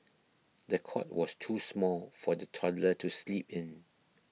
the cot was too small for the toddler to sleep in